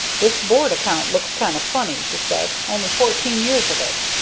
this board account looks kind of funny, he said only fourteen years of it!